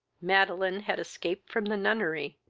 madeline had escaped from the nunnery,